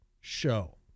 show